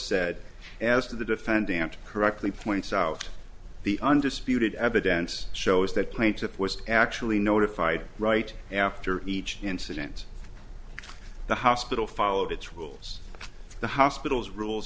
said as to the defendant correctly points out the undisputed evidence shows that plaintiff was actually notified right after each incident the hospital followed its rules the hospital's rules